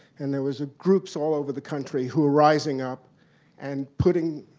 and there was groups all over the country who were rising up and putting